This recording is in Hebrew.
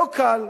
לא קל.